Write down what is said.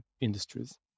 industries